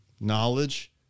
Knowledge